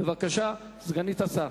בבקשה, סגנית השר.